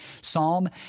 Psalm